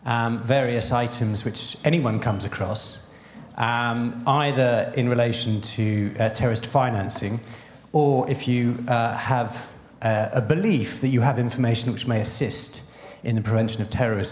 various items which anyone comes across either in relation to terrorist financing or if you have a belief that you have information which may assist in the prevention of terroris